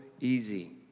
easy